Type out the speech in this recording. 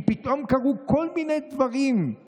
כי פתאום קרו כל מיני דברים,